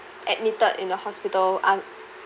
admitted in the hospital